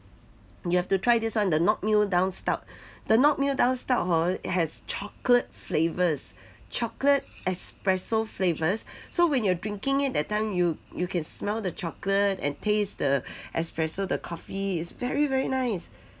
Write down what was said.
you have to try this one the knock meal down stout the knock meal down stout hor has chocolate flavours chocolate espresso flavours so when you're drinking it that time you you can smell the chocolate and taste the espresso the coffee is very very nice